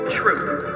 truth